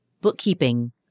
bookkeeping